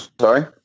sorry